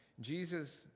Jesus